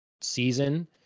season